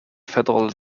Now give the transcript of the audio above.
federal